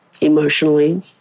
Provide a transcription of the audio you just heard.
emotionally